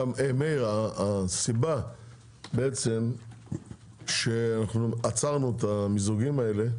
מאיר, הסיבה לכך שעצרנו את המיזוגים האלה,